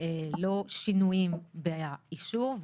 ולא שינויים באישור.